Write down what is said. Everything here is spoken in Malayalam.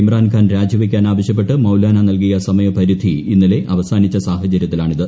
ഇമ്രാൻഖാൻ രാജിവയ്ക്കാൻ ആവശ്യപ്പെട്ട് മൌലാന നൽകിയ സമയപരിധി ഇന്നലെ അവസാനിച്ച സാഹചര്യത്തിലാണിത്